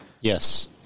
Yes